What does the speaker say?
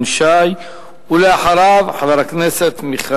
יעלה חבר הכנסת נחמן שי,